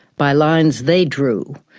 by lines they drew,